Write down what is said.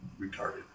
retarded